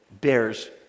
bears